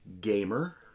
Gamer